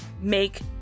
make